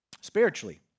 Spiritually